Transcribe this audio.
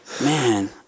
man